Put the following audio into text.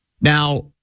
Now